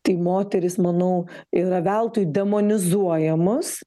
tai moterys manau yra veltui demonizuojamos